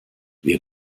wir